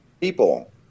people